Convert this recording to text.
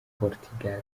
portugal